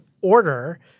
order